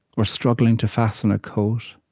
or struggling to fasten a coat.